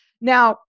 Now